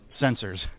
sensors